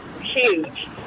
huge